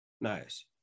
Nice